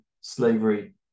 slavery